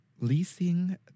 leasing